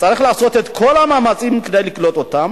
שצריך לעשות את כל המאמצים כדי לקלוט אותם.